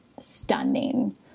stunning